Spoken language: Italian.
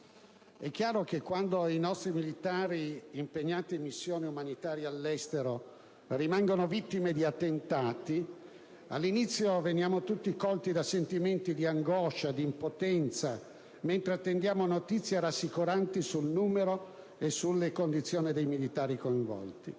coinvolte. Quando i nostri militari impegnati in missioni umanitarie all'estero rimangono vittime di attentati, all'inizio veniamo colti da sentimenti di angoscia e di impotenza, mentre attendiamo notizie rassicuranti sul numero e sulle condizioni dei militari coinvolti;